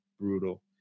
brutal